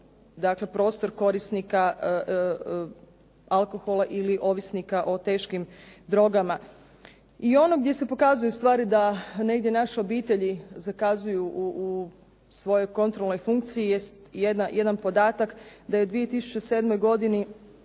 prostor korisnika alkohola ili ovisnika o teškim drogama. I ono gdje se pokazuje ustvari da negdje naše obitelji zakazuju u svojoj kontrolnoj funkciji jest jedan podatak, da je u 2007. godini